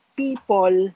people